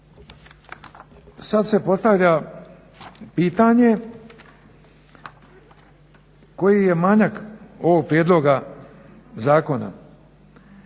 Sad se postavlja pitanje koji je manjak ovog prijedloga zakona.